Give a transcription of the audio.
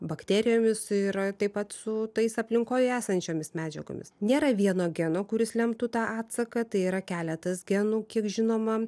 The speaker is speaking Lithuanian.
bakterijomis ir taip pat su tais aplinkoje esančiomis medžiagomis nėra vieno geno kuris lemtų tą atsaką tai yra keletas genų kiek žinoma